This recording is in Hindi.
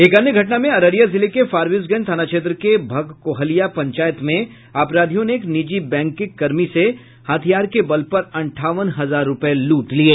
एक अन्य घटना में अररिया जिले के फारबिसगंज थाना क्षेत्र के भगकोहलिया पंचायत में अपराधियों ने एक निजी बैंक के कर्मियों से हथियार के बल पर अंठावन हजार रूपये लूट लिये